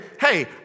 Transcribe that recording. Hey